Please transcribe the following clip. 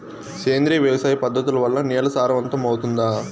సేంద్రియ వ్యవసాయ పద్ధతుల వల్ల, నేల సారవంతమౌతుందా?